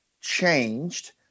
changed